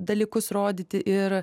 dalykus rodyti ir